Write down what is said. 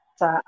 sa